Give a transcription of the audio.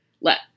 let